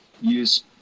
use